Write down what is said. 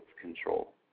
control